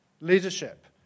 leadership